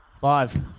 Five